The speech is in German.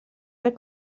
der